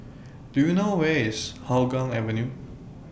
Do YOU know Where IS Hougang Avenue